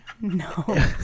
No